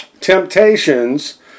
temptations